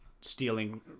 stealing